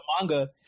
manga